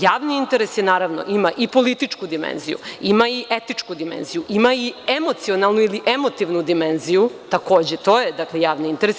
Javni interes naravno ima i političku dimenziju, ima i etičku dimenziju, ima i emocionalnu ili emotivnu dimenziju, takođe to je javni interes.